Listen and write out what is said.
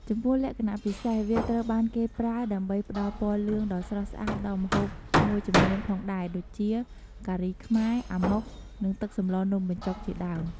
ចំពោះលក្ខណៈពិសេស វាត្រូវបានគេប្រើដើម្បីផ្តល់ពណ៌លឿងដ៏ស្រស់ស្អាតដល់ម្ហូបមួយចំនួនផងដែរដូចជា ការីខ្មែរ អាម៉ុក និងទឹកសម្លនំបញ្ចុកជាដើម។